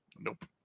Nope